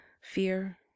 fear